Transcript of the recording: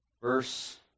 Verse